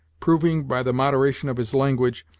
proving by the moderation of his language,